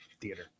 theater